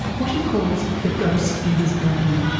what he calls the ghost in his brain.